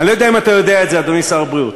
אני לא יודע אם אתה יודע את זה, אדוני שר הבריאות.